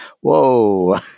whoa